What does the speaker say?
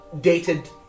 dated